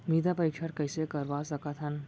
मृदा परीक्षण कइसे करवा सकत हन?